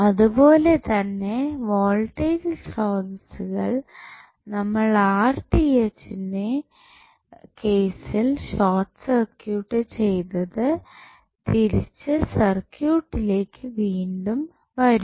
അതുപോലെതന്നെ വോൾട്ടേജ് സ്രോതസ്സുകൾ നമ്മൾ ന്റെ കേസിൽ ഷോർട്ട് സർക്യൂട്ട് ചെയ്തത് തിരിച്ചു സർക്യൂട്ട് ലേക്ക് വീണ്ടും വരും